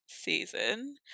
season